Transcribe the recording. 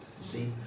See